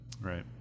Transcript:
right